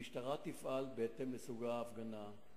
המשטרה תפעל בהתאם לסוג ההפגנה.